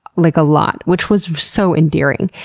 like a lot, which was so endearing.